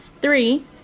three